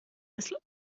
مثل